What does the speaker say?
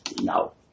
No